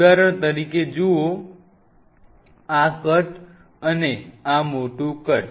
ઉદાહરણ તરીકે જુઓ આ કટ અને આ મોટું કટ